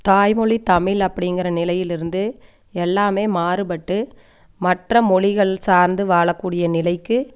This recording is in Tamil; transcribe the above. தாய்மொழி தமிழ் அப்படிங்கிற நிலையிலிருந்து எல்லாமே மாறுபட்டு மற்ற மொழிகள் சார்ந்து வாழக்கூடிய நிலைக்கு